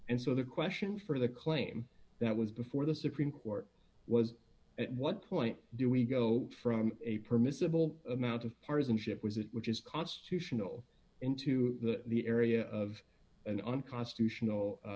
and so the question for the claim that was before the supreme court was at what point do we go from a permissible amount of partisanship was it which is constitutional into the area of an unconstitutional